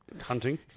hunting